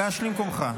גש למקומך.